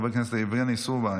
חבר הכנסת יבגני סובה,